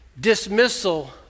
dismissal